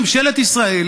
ממשלת ישראל,